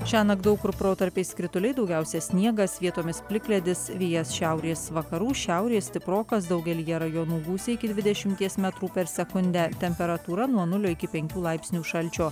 šiąnakt daug kur protarpiais krituliai daugiausia sniegas vietomis plikledis vėjas šiaurės vakarų šiaurės stiprokas daugelyje rajonų gūsiai iki dvidešimties metrų per sekundę temperatūra nuo nulio iki penkių laipsnių šalčio